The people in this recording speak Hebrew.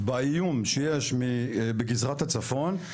באיום שיש בגזרת הצפון,